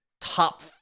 top